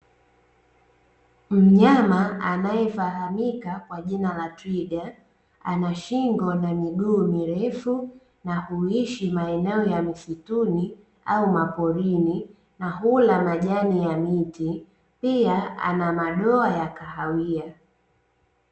Mnyama anayefahamika kwa jina la twiga, ana shingo na miguu mirefu, na huishi maeneo ya misituni au maporini, na hula majani ya miti, pia ana madoa ya kahawia.